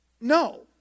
No